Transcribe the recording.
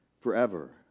forever